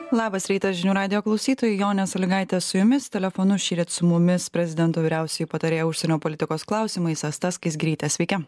labas rytas žinių radijo klausytojai jonė suligaitė su jumis telefonu šįryt su mumis prezidento vyriausioji patarėja užsienio politikos klausimais asta skaisgirytė sveiki